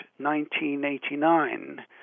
1989